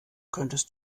könntest